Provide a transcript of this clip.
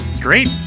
Great